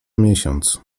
miesiąc